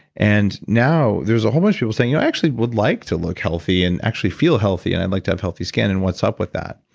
and now there's a whole bunch of people saying, you know actually would like to look healthy and actually feel healthy and i'd like to have healthy skin and what's up with that?